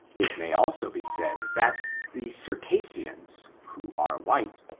it may also be said, that the circassians, who are white,